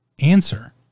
answer